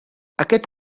aquest